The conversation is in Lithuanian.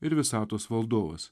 ir visatos valdovas